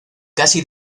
casi